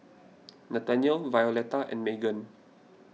Nathaniel Violeta and Meghan